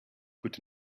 could